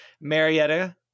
Marietta